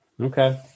okay